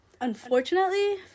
Unfortunately